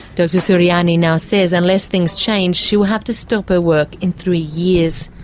dr suryani now says unless things change she will have to stop her work in three years.